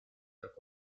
doctor